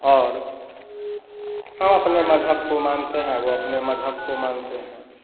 और हम अपने मज़हब को मानते हैं वह अपने मज़हब को मानते हैं